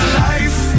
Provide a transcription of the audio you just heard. life